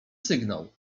sygnał